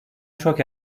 çok